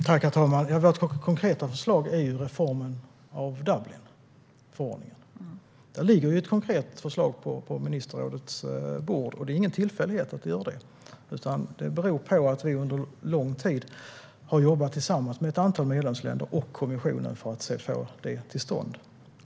Herr talman! Vårt konkreta förslag är reformen av Dublinförordningen. Det ligger ett konkret förslag på ministerrådets bord. Det är ingen tillfällighet att det gör det, utan det beror på att vi under lång tid har jobbat tillsammans med ett antal medlemsländer och kommissionen för att få det till stånd.